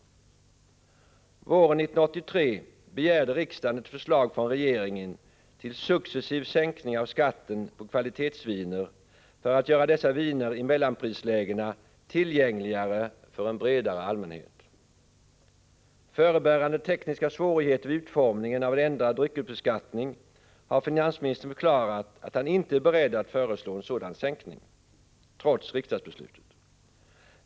Våren 1983 begärde riksdagen ett förslag från regeringen till successiv sänkning av skatten på kvalitetsviner för att göra dessa viner i mellanprislägena tillgängligare för en bredare allmänhet. Förebärande tekniska svårigheter vid utformningen av en ändrad dryckesbeskattning har finansministern förklarat att han inte är beredd att föreslå en sådan sänkning trots riksdagsbeslutet.